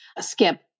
Skip